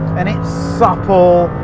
and it's supple.